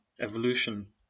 evolution